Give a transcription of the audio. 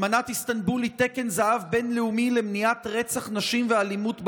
אמנת איסטנבול היא תקן זהב בין-לאומי למניעת רצח נשים ואלימות בבית.